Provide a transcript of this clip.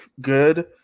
good